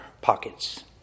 pockets